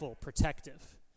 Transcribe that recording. protective